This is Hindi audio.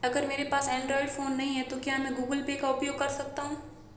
अगर मेरे पास एंड्रॉइड फोन नहीं है तो क्या मैं गूगल पे का उपयोग कर सकता हूं?